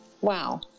wow